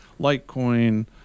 Litecoin